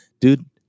dude